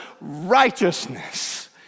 righteousness